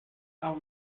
aus